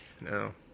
No